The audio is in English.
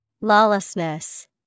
Lawlessness